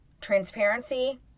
transparency